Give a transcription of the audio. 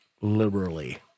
liberally